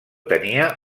tenia